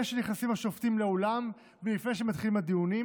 שנכנסים השופטים לאולם ולפני שמתחילים הדיונים,